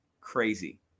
Crazy